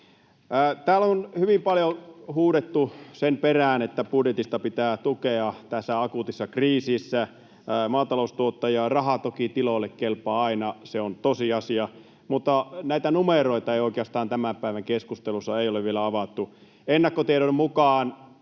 Täällä on hyvin paljon huudettu sen perään, että budjetista pitää tukea tässä akuutissa kriisissä maataloustuottajaa. Raha toki tiloille kelpaa aina, se on tosiasia, mutta näitä numeroita ei oikeastaan tämän päivän keskustelussa ole vielä avattu. Ennakkotiedon mukaan